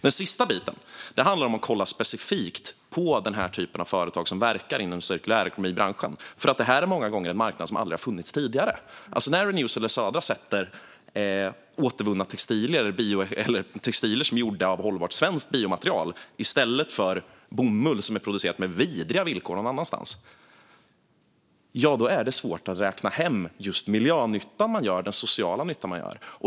Den sista biten handlar om att kolla specifikt på den typ av företag som verkar inom cirkulärekonomibranschen, för det är många gånger en marknad som aldrig har funnits tidigare. När Renewcell eller Södra gör textilier av hållbart svenskt biomaterial i stället för av bomull som är producerad under vidriga villkor någon annanstans är det svårt att räkna hem just den miljönytta man gör och den sociala nytta man gör.